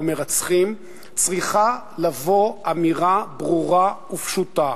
מרצחים צריכה לבוא אמירה ברורה ופשוטה: